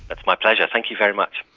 that's my pleasure, thank you very much.